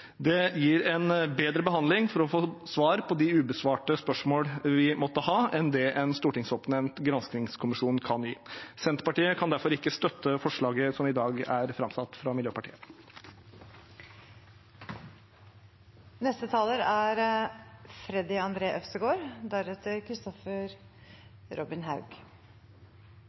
Det gir en bedre mulighet til å få svar på de ubesvarte spørsmål vi måtte ha enn det en stortingsoppnevnt granskningskommisjon kan gi. Senterpartiet kan derfor ikke støtte forslaget som i dag er framsatt av Miljøpartiet